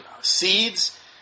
seeds